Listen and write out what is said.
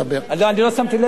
לא, אני לא שמתי לב.